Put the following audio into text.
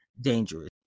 dangerous